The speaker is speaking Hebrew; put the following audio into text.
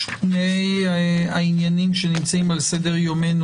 שני העניינים שנמצאים על סדר יומנו